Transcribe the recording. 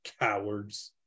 cowards